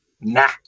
nah